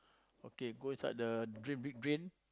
okay go inside the drain big drain